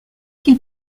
qu’il